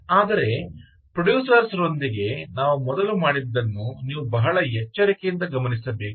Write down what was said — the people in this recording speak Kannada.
ಆದರೆ ಪ್ರೊಡ್ಯೂಸರ್ಸ್ ರೊಂದಿಗೆ ನಾವು ಮೊದಲು ಮಾಡಿದ್ದನ್ನು ನೀವು ಬಹಳ ಎಚ್ಚರಿಕೆಯಿಂದ ಗಮನಿಸಬೇಕು